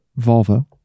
Volvo